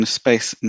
space